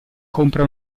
compra